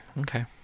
Okay